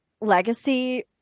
legacy